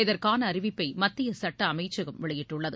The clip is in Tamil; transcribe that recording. இதற்கான அறிவிப்பை மத்திய சட்ட அமைச்சகம் வெளியிட்டுள்ளது